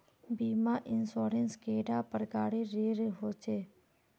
बीमा इंश्योरेंस कैडा प्रकारेर रेर होचे